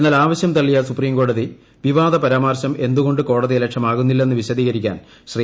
എന്നാൽ ആവശ്യം തള്ളിയ സുപ്രീംകോടതി വിവാദ പരാമർശം എന്തുകൊണ്ട് കോടതിയലക്ഷ്യമാകുന്നില്ലെന്ന് വിശദീകരിക്കാൻ ശ്രീ